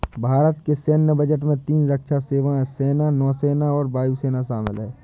भारत के सैन्य बजट में तीन रक्षा सेवाओं, सेना, नौसेना और वायु सेना शामिल है